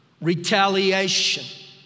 retaliation